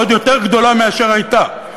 עוד יותר גדולה מאשר הייתה.